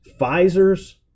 Pfizer's